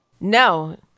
No